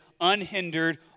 unhindered